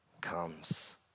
comes